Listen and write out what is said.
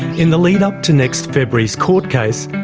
in the lead-up to next february's court case,